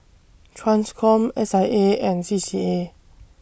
TRANSCOM S I A and C C A